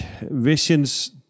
visions